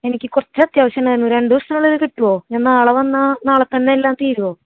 എനിക്ക് കുറച്ചത്ത്യാവശ്യമുണ്ടായിരുന്നു രണ്ടുദിസത്തിനുള്ളിൽ കിട്ടുമോ ഞാൻ നാളെ വന്നാൽ നാളെത്തന്നെ എല്ലാം തീരുമോ